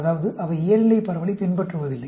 அதாவது அவை இயல்நிலைப் பரவலைப் பின்பற்றுவதில்லை